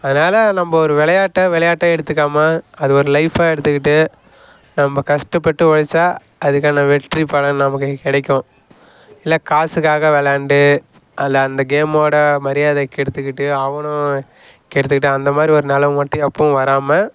அதனால் நம்ம ஒரு விளையாட்ட விளையாட்டா எடுத்துக்காம அது ஒரு லைஃபாக எடுத்துக்கிட்டு நம்ம கஷ்டப்பட்டு உழச்சா அதுக்கான வெற்றிப் பலன் நமக்கு கிடைக்கும் இல்லை காசுக்காக விளாண்டு அந்த அந்த கேமோடய மரியாதைய கெடுத்துக்கிட்டு அவனும் கெடுத்துக்கிட்டு அந்த மாதிரி ஒரு நிலம மட்டும் எப்பவும் வராமல்